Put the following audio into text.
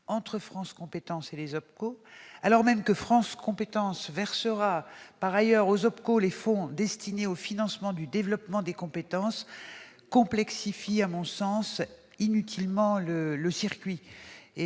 entre France compétences et les opérateurs de compétence, alors même que France compétences versera par ailleurs aux OPCO les sommes destinées au financement du développement des compétences, complexifie inutilement le circuit